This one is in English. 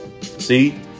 See